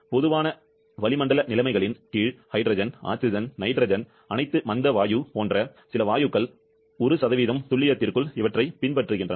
பொதுவான வளிமண்டல நிலைமைகளின் கீழ் ஹைட்ரஜன் ஆக்ஸிஜன் நைட்ரஜன் அனைத்து மந்த வாயு போன்ற சில வாயுக்கள் 1 துல்லியத்திற்குள் இவற்றைப் பின்பற்றுகின்றன